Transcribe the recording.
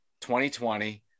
2020